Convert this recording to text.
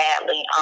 badly